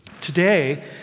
Today